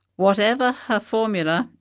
whatever her formula,